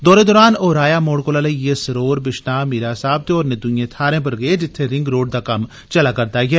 दौरे दौरान ओह् राया मोड़ कोला लेईए सरोर बिश्नाह मीरां साहिब ते होरने दुईएं थाहरें पर गे जित्थे रिंग रोड़ दा कम्म चलै करदा ऐ